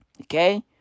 Okay